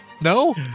No